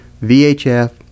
VHF